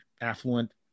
affluent